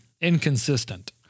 inconsistent